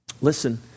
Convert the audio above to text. Listen